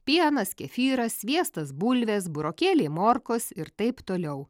pienas kefyras sviestas bulvės burokėliai morkos ir taip toliau